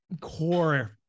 core